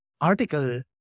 article